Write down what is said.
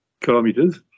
kilometers